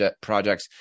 projects